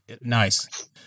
Nice